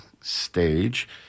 stage